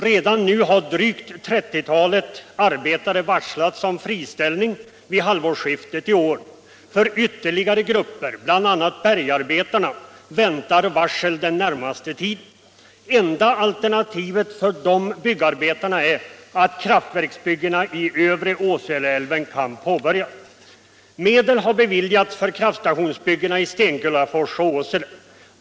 Redan nu har drygt 30-talet arbetare varslats om friställning vid halvårsskiftet i år. För ytterligare grupper, bl.a. bergarbetarna, väntar varsel den närmaste tiden. Enda alternativet för dessa byggarbetare är att kraftverksbyggena i övre Åseleälven kan påbörjas. Medel har beviljats för kraftstationsbyggena i Stenkullafors och Åsele.